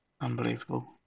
Unbelievable